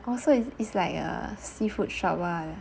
oh so is is like a seafood shop ah